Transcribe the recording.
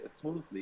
smoothly